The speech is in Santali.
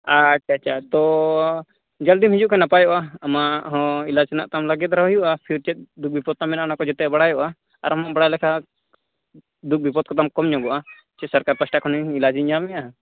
ᱟᱪᱪᱷᱟ ᱟᱪᱪᱷᱟ ᱛᱚ ᱡᱚᱞᱫᱤᱢ ᱦᱤᱡᱩᱜ ᱠᱷᱟᱱ ᱱᱟᱯᱟᱭᱚᱜᱼᱟ ᱟᱢᱟᱜ ᱦᱚᱸ ᱮᱞᱟᱡ ᱨᱮᱱᱟᱜ ᱛᱟᱢ ᱞᱟᱜᱮ ᱫᱷᱟᱨᱟ ᱦᱩᱭᱩᱜᱼᱟ ᱯᱷᱤᱨ ᱪᱮᱫ ᱫᱩᱠᱷ ᱵᱤᱯᱚᱫ ᱛᱟᱢ ᱢᱮᱱᱟᱜᱼᱟ ᱚᱱᱟᱠᱚ ᱡᱚᱛᱚᱣᱟᱜ ᱵᱟᱲᱟᱭᱚᱜᱼᱟ ᱟᱨᱮᱢ ᱵᱟᱲᱟᱭ ᱞᱮᱠᱷᱟᱱ ᱫᱩᱠᱷ ᱵᱤᱯᱚᱫ ᱠᱚᱛᱟᱢ ᱠᱚᱢ ᱧᱚᱜᱚᱜᱼᱟ ᱥᱮ ᱥᱚᱨᱠᱟᱨ ᱯᱟᱦᱟᱴᱟ ᱥᱮᱫ ᱠᱷᱚᱱ ᱮᱞᱟᱡᱤᱧ ᱧᱟᱢᱮᱫᱼᱟ